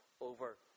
over